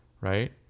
Right